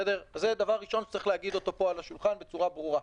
זה דבר ראשון שצריך להגיד אותו פה על השולחן בצורה ברורה.